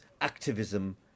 activism